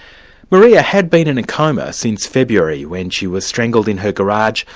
maria had been in a coma since february, when she was strangled in her garage,